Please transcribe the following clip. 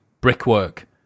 brickwork